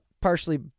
partially